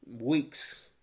Weeks